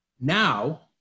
now